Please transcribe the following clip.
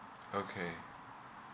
okay